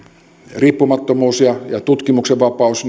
riippumattomuus ja ja tutkimuksenvapaus